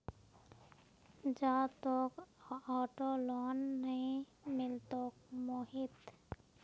जा, तोक auto loan नइ मिलतोक मोहित